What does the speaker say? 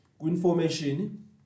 information